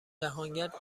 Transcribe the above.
جهانگرد